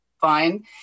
fine